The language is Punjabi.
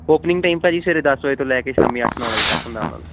ਓਪਨਿੰਗ ਟਾਈਮ ਭਾਅ ਜੀ ਸਵੇਰੇ ਦਸ ਵਜੇ ਤੋਂ ਲੈ ਕੇ ਸ਼ਾਮ ਅੱਠ ਨੌ ਵਜੇ ਤੱਕ ਹੁੰਦਾ ਉਹਨਾ ਦਾ